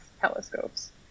telescopes